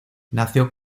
nació